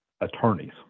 attorneys